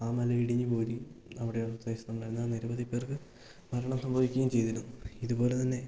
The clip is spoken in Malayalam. ആ മലയിടിഞ്ഞുകൂടി അവിടെ പ്രദേശത്ത് നടന്ന നിരവധി പേർക്ക് മരണം സംഭവിക്കയും ചെയ്തിരുന്നു ഇതുപോലെ തന്നെ